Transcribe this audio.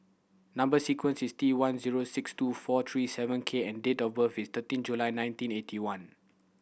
number sequence is T one zero six two four three seven K and date of birth is thirteen July nineteen eighty one